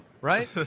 right